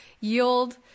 yield